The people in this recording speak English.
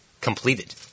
completed